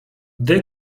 gdy